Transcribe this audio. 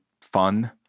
fun